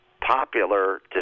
popular